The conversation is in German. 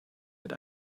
mit